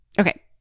Okay